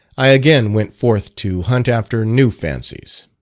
i again went forth to hunt after new fancies.